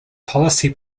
policy